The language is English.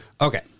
Okay